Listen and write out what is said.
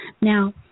now